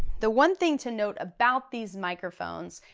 the one thing to note about these microphones,